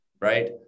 right